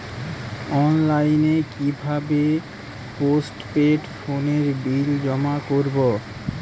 অনলাইনে কি ভাবে পোস্টপেড ফোনের বিল জমা করব?